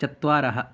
चत्वारः